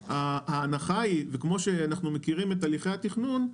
ההנחה היא, וכמו שאנחנו מכירים את הליכי התכנון,